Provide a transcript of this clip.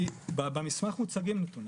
במסמך מוצגים נתונים.